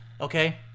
okay